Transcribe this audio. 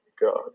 god